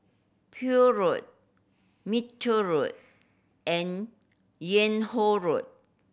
Poole Road Minto Road and Yung Ho Road